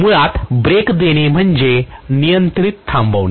मुळात ब्रेक देणे म्हणजे नियंत्रित थांबविणे